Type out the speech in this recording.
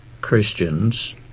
Christians